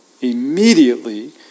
Immediately